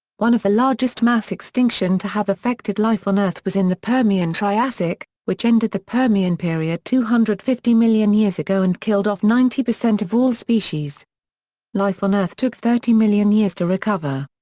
one of the largest mass extinction to have affected life on earth was in the permian-triassic, which ended the permian period two hundred and fifty million years ago and killed off ninety percent of all species life on earth took thirty million years to recover.